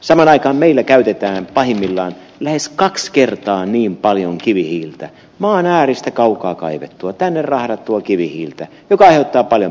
samaan aikaan meillä käytetään pahimmillaan lähes kaksi kertaa niin paljon kivihiiltä maan ääristä kaukaa kaivettua tänne rahdattua kivihiiltä joka aiheuttaa paljon päästöjä